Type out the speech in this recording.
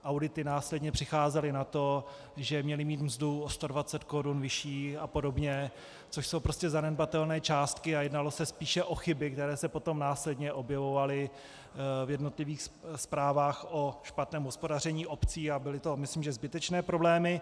Audity následně přicházely na to, že měli mít mzdu o 120 Kč vyšší a podobně, což jsou zanedbatelné částky, a jednalo se spíše o chyby, které se potom následně objevovaly v jednotlivých zprávách o špatném hospodaření obcí, a byly to myslím zbytečné problémy.